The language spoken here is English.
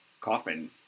coffin